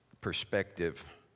perspective